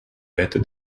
better